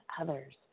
others